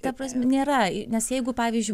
ta prasme nėra nes jeigu pavyzdžiui